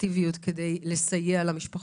אקטיביות כדי לסייע למשפחות.